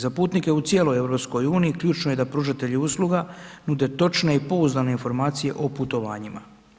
Za putnike u cijeloj EU ključno je da pružatelji usluga nude točne i pouzdane informacije o putovanjima.